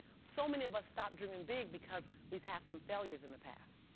so many of us stop dreaming big because we've had some failures in the past.